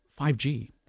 5G